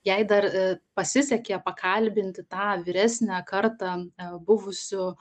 jai dar pasisekė pakalbinti tą vyresnę kartą buvusių